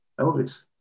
Elvis